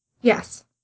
Yes